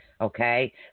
Okay